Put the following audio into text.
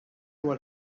huwa